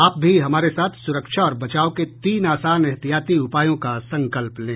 आप भी हमारे साथ सुरक्षा और बचाव के तीन आसान एहतियाती उपायों का संकल्प लें